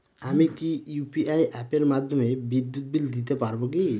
আমি কি ইউ.পি.আই অ্যাপের মাধ্যমে বিদ্যুৎ বিল দিতে পারবো কি?